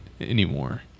anymore